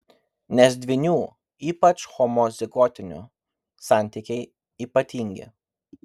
nes dvynių ypač homozigotinių santykiai ypatingi